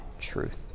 truth